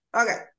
okay